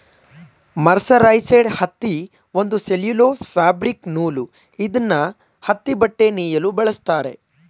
mercerised ಹತ್ತಿ ಒಂದು cellulose fabric ನೂಲು ಇದ್ನ ಹತ್ತಿಬಟ್ಟೆ ನೇಯಲು ಬಳಸ್ತಾರೆ